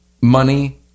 money